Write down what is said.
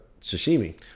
sashimi